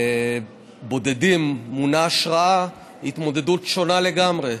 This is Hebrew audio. בודדים מונע השראה היא התמודדות שונה לגמרי.